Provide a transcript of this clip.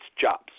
jobs